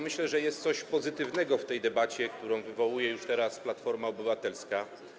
Myślę, że jest coś pozytywnego w tej debacie, którą wywołuje już teraz Platforma Obywatelska.